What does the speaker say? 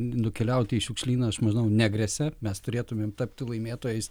nukeliauti į šiukšlyną aš manau negresia mes turėtumėm tapti laimėtojais